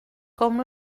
comme